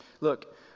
Look